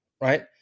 right